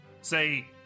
Say